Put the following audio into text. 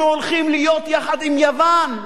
אנחנו הולכים להיות יחד עם יוון.